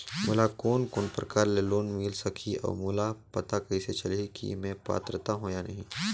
मोला कोन कोन प्रकार के लोन मिल सकही और मोला पता कइसे चलही की मैं पात्र हों या नहीं?